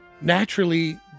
naturally